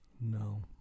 No